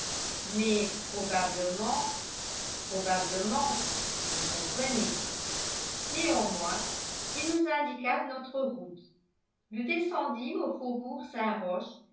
mais probablement probablement vous comprenez néanmoins il nous indiqua notre route nous descendîmes au faubourg